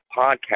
podcast